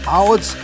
out